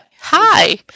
Hi